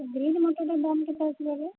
green ମଟରଟା ଦାମ୍ କେତେ ଅଛି କହିଲେ